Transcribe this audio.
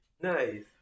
Nice